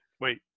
wait